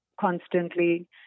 constantly